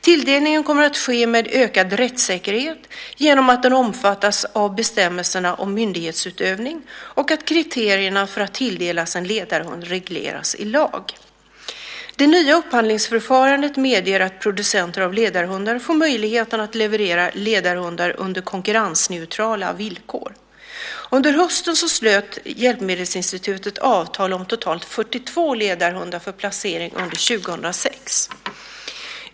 Tilldelningen kommer att ske med ökad rättssäkerhet genom att den omfattas av bestämmelserna om myndighetsutövning och att kriterierna för att tilldelas en ledarhund regleras i lag. Det nya upphandlingsförfarandet medger att producenter av ledarhundar får möjligheten att leverera ledarhundar under konkurrensneutrala villkor. Under hösten slöt Hjälpmedelsinstitutet avtal om totalt 42 ledarhundar för placering under år 2006.